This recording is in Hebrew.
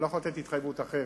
אני לא יכול לתת התחייבות אחרת,